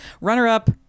Runner-up